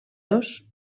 dos